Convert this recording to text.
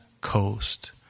coast